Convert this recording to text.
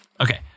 Okay